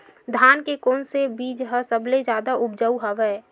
धान के कोन से बीज ह सबले जादा ऊपजाऊ हवय?